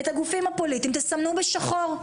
את הגופים הפוליטיים תסמנו בשחור.